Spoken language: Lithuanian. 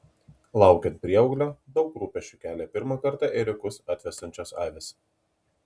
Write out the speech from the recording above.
laukiant prieauglio daug rūpesčių kelia pirmą kartą ėriukus atvesiančios avys